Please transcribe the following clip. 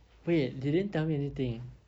wait they didn't tell me anything